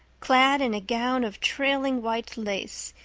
clad in a gown of trailing white lace,